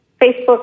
Facebook